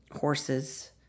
horses